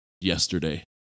yesterday